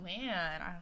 man